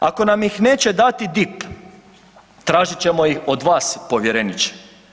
Ako nam ih neće dati DIP, tražit ćemo ih od vas, povjereniče.